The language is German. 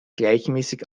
gleichmäßig